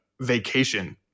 vacation